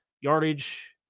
yardage